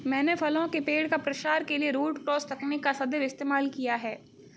मैंने फलों के पेड़ का प्रसार के लिए रूट क्रॉस तकनीक का सदैव इस्तेमाल किया है